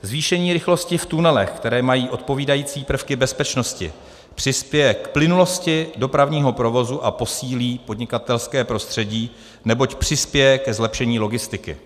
Zvýšení rychlosti v tunelech, které mají odpovídající prvky bezpečnosti, přispěje k plynulosti dopravního provozu a posílí podnikatelské prostředí, neboť přispěje ke zlepšení logistiky.